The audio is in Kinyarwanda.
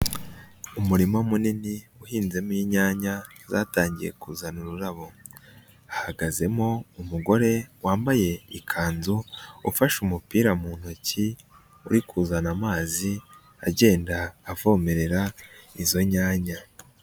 Umurima munini uhinzemo inyanya zatangiye kuzana ururabo, hahagazemo umugore wambaye ikanzu ufashe umupira mu ntoki uri kuzana amazi agenda avomerera izo nyanya.